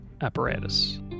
apparatus